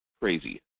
crazy